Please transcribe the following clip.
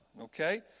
Okay